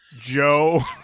Joe